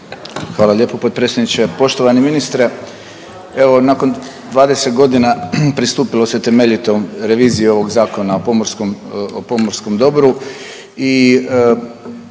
Hvala lijepo potpredsjedniče. Poštovani ministre evo nakon 20 godina pristupilo se temeljito reviziji ovog Zakona o pomorskom, o